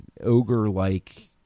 ogre-like